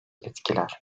etkiler